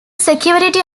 security